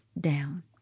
down